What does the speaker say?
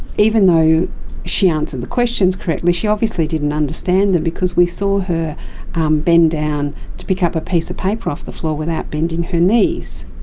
even though she answered the questions correctly she obviously didn't understand them because we saw her bend down to pick up a piece of paper off the floor without bending her knees.